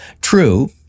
True